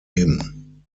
him